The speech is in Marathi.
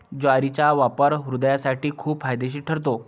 ज्वारीचा वापर हृदयासाठी खूप फायदेशीर ठरतो